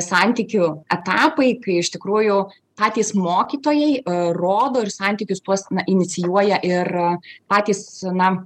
santykių etapai kai iš tikrųjų patys mokytojai rodo ir santykius tuos na inicijuoja ir patys na